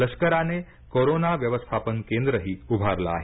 लष्करानं कोरोना व्यवस्थापन केंद्रही उभारलं आहे